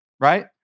right